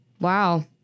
wow